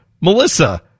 Melissa